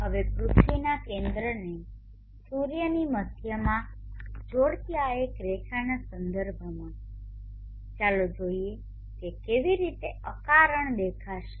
હવે પૃથ્વીના કેન્દ્રને સૂર્યની મધ્યમાં જોડતી આ રેખાના સંદર્ભમાં ચાલો જોઈએ કે કેવી રીતે અકારણ દેખાશે